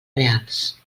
reals